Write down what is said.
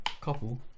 Couple